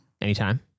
Anytime